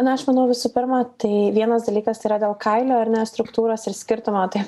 na aš manau visų pirma tai vienas dalykas yra dėl kailio ar ne struktūros ir skirtumo tai